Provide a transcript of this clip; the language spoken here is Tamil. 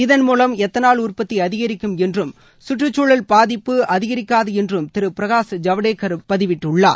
இதன் மூலம் எத்தனால் உற்பத்திஅதிகரிக்கும் என்றும் கற்றுச்சூழல் பாதிப்பு அதிகரிக்காதுஎன்றும் திருபிரகாஷ் ஐவடேக்கர் பதிவிட்டுள்ளார்